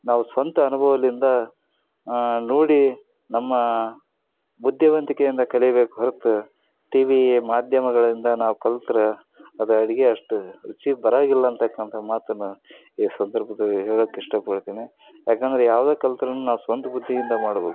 ನಾವು ಸ್ವಂತ ಅನುಭವದಿಂದ ನೋಡಿ ನಮ್ಮ ಬುದ್ಧಿವಂತಿಕೆಯಿಂದ ಕಲಿಬೇಕು ಹೊರ್ತು ಟಿವಿ ಮಾಧ್ಯಮಗಳಿಂದ ನಾವು ಕಲ್ತ್ರೆ ಅದು ಅಡುಗೆ ಅಷ್ಟು ರುಚಿ ಬರೋಗಿಲ್ಲ ಅನ್ತಕ್ಕಂಥ ಮಾತನ್ನು ಈ ಸಂದರ್ಭದಲ್ಲಿ ಹೇಳಕ್ಕೆ ಇಷ್ಟಪಡ್ತೀನಿ ಯಾಕಂದರೆ ಯಾವುದೇ ಕಲ್ತರೂನು ನಾವು ಸ್ವಂತ ಬುದ್ಧಿಯಿಂದ ಮಾಡ್ಬೇಕು